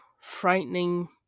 frightening